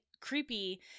creepy